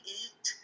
eat